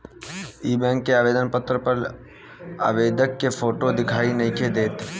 इ बैक के आवेदन पत्र पर आवेदक के फोटो दिखाई नइखे देत